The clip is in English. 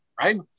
right